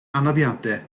anafiadau